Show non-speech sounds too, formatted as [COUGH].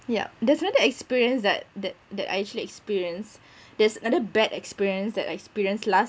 yup there's another experience that that that I actually experienced [BREATH] there's another bad experience that I experienced last